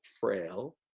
frail